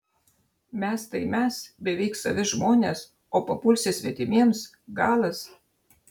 mes tai mes beveik savi žmonės o papulsi svetimiems galas